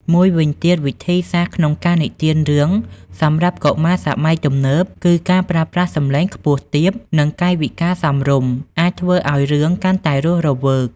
មួយវិញទៀត វិធីសាស្រ្តក្នុងការនិទានរឿងសម្រាប់កុមារសម័យទំនើប គឺការប្រើប្រាស់សម្លេងខ្ពស់ទាប និងកាយវិការសមរម្យ អាចធ្វើឱ្យរឿងកាន់តែរស់រវើក។